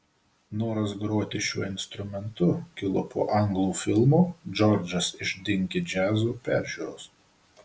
noras groti šiuo instrumentu kilo po anglų filmo džordžas iš dinki džiazo peržiūros